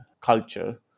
culture